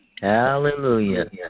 hallelujah